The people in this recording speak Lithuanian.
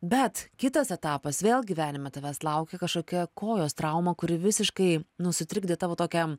bet kitas etapas vėl gyvenime tavęs laukė kažkokia kojos trauma kuri visiškai nu sutrikdė tavo tokią